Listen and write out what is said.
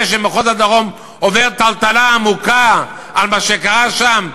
שמחוז הדרום עובר טלטלה עמוקה על מה שקרה שם?